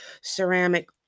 ceramic